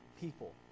people